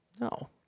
No